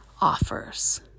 offers